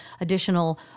additional